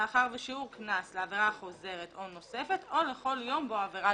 "מאחר ושיעור קנס לעבירה חוזרת או נוספת ולכל יום בו עבירה